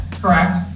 correct